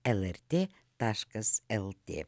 el er tė taškas el tė